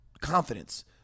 confidence